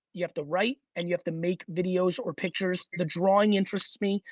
you have to write and you have to make videos or pictures. the drawing interests me.